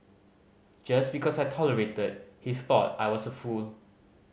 just because I tolerated he thought I was a fool